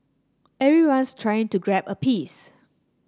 everyone's trying to grab a piece